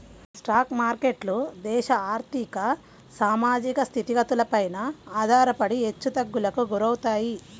stock మార్కెట్లు దేశ ఆర్ధిక, సామాజిక స్థితిగతులపైన ఆధారపడి హెచ్చుతగ్గులకు గురవుతాయి